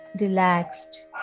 relaxed